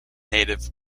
native